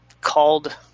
called